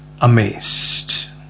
amazed